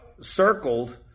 circled